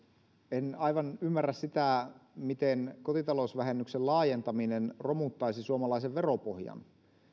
en aivan ymmärrä sitä miten kotitalousvähennyksen laajentaminen romuttaisi suomalaisen veropohjan